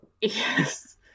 yes